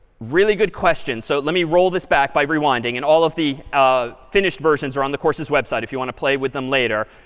really good question. so let me roll this back by rewinding. and all of the finished versions are on the course's website if you want to play with them later.